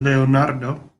leonardo